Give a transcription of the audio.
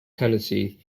tenancy